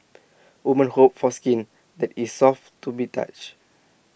women hope for skin that is soft to be touch